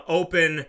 open